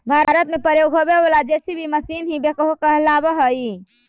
भारत में प्रयोग होवे वाला जे.सी.बी मशीन ही बेक्हो कहलावऽ हई